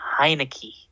Heineke